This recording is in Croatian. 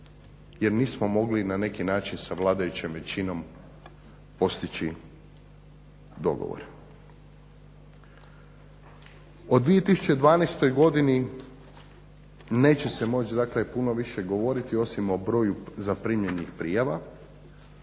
jer nismo mogli na neki način sa vladajućoj većinom postići dogovor. O 2012. godini neće se moći dakle puno više govoriti osim o broju zaprimljenih prijava.